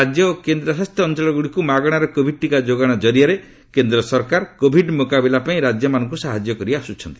ରାଜ୍ୟ ଓ କେନ୍ଦ୍ରଶାସିତ ଅଞ୍ଚଳଗୁଡ଼ିକୁ ମାଗଣାରେ କୋଭିଡ୍ ଟିକା ଯୋଗାଣ ଜରିଆରେ କେନ୍ଦ୍ର ସରକାର କୋଭିଡ୍ ମୁକାବିଲା ପାଇଁ ରାକ୍ୟମାନଙ୍କୁ ସାହାଯ୍ୟ କରିଆସୁଛନ୍ତି